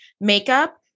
makeup